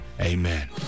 amen